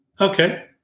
Okay